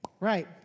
Right